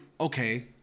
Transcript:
okay